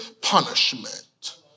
punishment